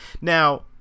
Now